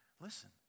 Listen